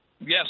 Yes